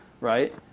right